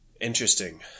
Interesting